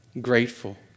Grateful